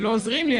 לא עוזרים לי,